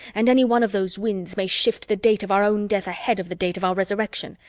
and any one of those winds may shift the date of our own death ahead of the date of our resurrection,